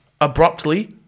Abruptly